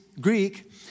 Greek